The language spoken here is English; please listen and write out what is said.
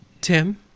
Tim